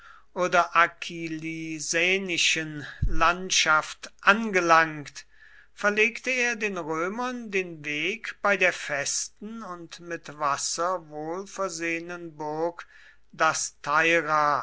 oder akilisenischen landschaft angelangt verlegte er den römern den weg bei der festen und mit wasser wohl versehenen burg dasteira